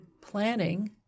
planning